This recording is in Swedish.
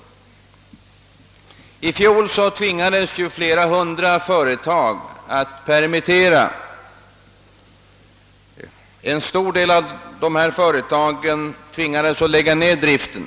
I fjol tvingades ju flera hundra före tag att permittera arbetskraft, och en stor del av dessa företag måste helt enkelt lägga ned driften.